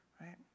right